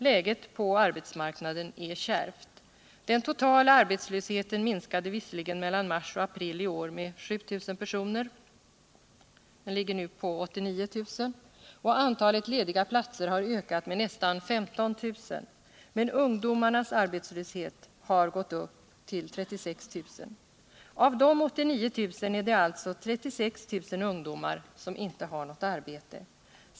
Läget på arbetsmarknaden är kärvt. Den totala arbetslösheten minskade visserligen metan mars och april i är med 7 000 personer — den ligger nu på 89 000 —- och antalet lediga platser har ökat med nästan 15000, men ungdomarnas arbetslöshet har gått upp till 36 000. Av de 89 000 är det alltså 36 000 ungdomar som inte har något arbete.